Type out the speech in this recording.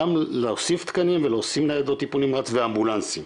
גם להוסיף תקנים ולהוסיף ניידות טיפול נמרץ ואמבולנסים,